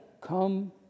come